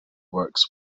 works